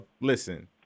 Listen